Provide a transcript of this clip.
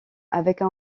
avec